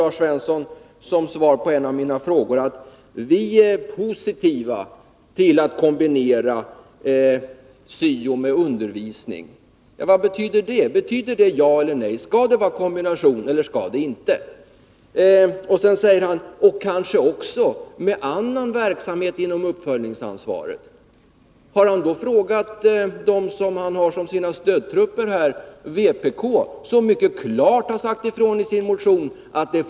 Lars Svensson säger som svar på en av mina frågor: Vi är positiva till att kombinera syo med undervisning. Vad betyder det? Betyder det att det skall bli en kombination, eller gör det inte det? Han säger vidare att syon kan kombineras med annan verksamhet inom uppföljningsansvaret. Har han då frågat kommunisterna, som han här har som sina stödtrupper och som i sin motion mycket klart har sagt ifrån att så inte får bli fallet?